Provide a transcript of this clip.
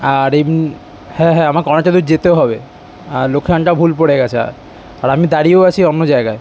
আর হ্যাঁ হ্যাঁ আমাকে অনেক জায়গায় যেতে হবে আর লোকেশনটা ভুল পড়ে গিয়েছে আর আর আমি দাঁড়িয়েও আছি অন্য জায়গায়